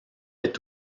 est